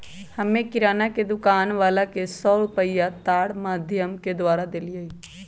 हम्मे किराना के दुकान वाला के सौ रुपईया तार माधियम के द्वारा देलीयी